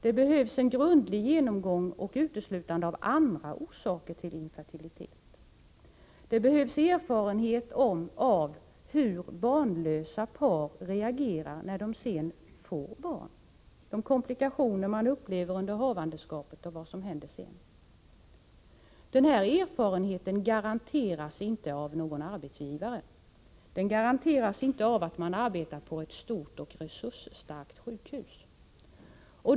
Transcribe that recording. Det behövs en grundlig genomgång och ett uteslutande av andra orsaker till infertilitet. Det behövs erfarenhet av hur barnlösa par reagerar när de sedan får barn, de komplikationer som kan upplevas under havandeskapet och vad som händer sedan. Den erfarenheten garanteras inte av någon viss arbetsgivare. Den garanteras inte av att man arbetar på ett stort och resursstarkt sjukhus.